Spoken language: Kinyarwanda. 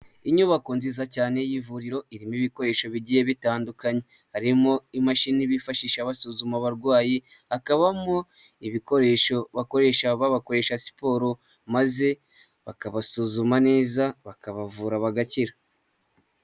Inyubako nziza cyane y'ivuriro irimo ibikoresho bigiye bitandukanye harimo imashini bifashisha basuzuma abarwayi hakabamo ibikoresho bakoresha babakoresha siporo maze bakabasuzuma neza bakabavura bagakira.